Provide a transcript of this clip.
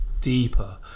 deeper